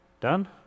done